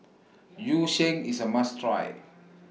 Yu Sheng IS A must Try